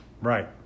Right